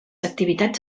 activitats